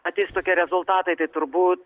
ateis tokie rezultatai tai turbūt